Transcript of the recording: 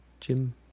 Jim